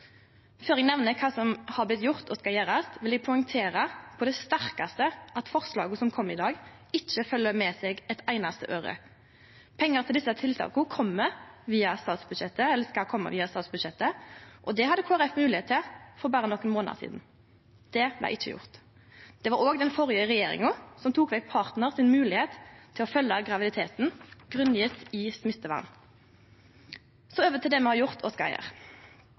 Før eg nemner kva som er blitt gjort og skal gjerast, vil eg poengtere på det sterkaste at det ikkje følgjer eitt einaste øre med forslaga som er komne i dag. Pengar til desse tiltaka skal kome via statsbudsjettet, og det hadde Kristeleg Folkeparti moglegheit til for berre nokre månader sidan. Det blei ikkje gjort. Det var òg den førre regjeringa som tok vekk moglegheita til partnaren til å følgje graviditeten, grunngjeve i smittevern. Over til det me har gjort og skal gjere: